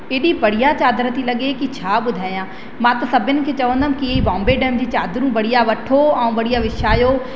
एॾी बढ़िया चादर थी लॻे की छा ॿुधाया मां त सभिनि खे चवंदमि की बॉम्बे डाइंग जी चादरू बढ़िया वठो ऐं बढ़िया विछायो